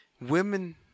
women